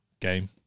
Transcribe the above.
game